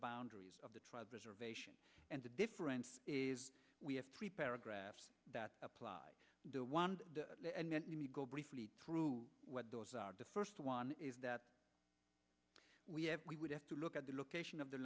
boundaries of the tribe preservation and the difference is we have three paragraphs that apply don't want to go briefly through what those are the first one is that we have we would have to look at the location of the